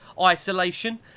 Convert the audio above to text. isolation